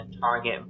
target